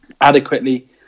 adequately